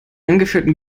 angeführten